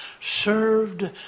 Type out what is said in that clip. served